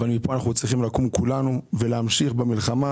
אבל מפה אנחנו צריכים לקום כולנו ולהמשיך במלחמה,